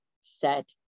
set